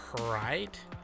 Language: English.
right